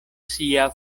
sia